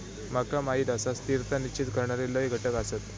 माका माहीत आसा, स्थिरता निश्चित करणारे लय घटक आसत